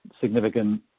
significant